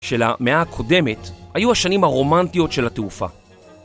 של המאה הקודמת, היו השנים הרומנטיות של התעופה.